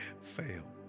fail